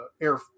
air